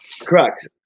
correct